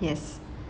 yes